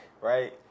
right